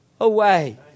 away